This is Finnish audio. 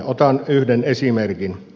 otan yhden esimerkin